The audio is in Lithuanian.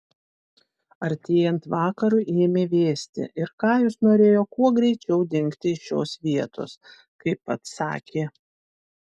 artėjant vakarui ėmė vėsti ir kajus norėjo kuo greičiau dingti iš šios vietos kaip pats sakė